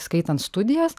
skaitant studijas